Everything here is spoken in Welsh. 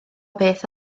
beth